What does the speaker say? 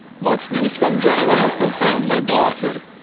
what news from genoa? hast thou found my daughter?